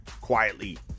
Quietly